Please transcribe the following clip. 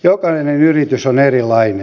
jokainen yritys on erilainen